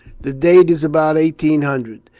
the date is about eighteen hundred.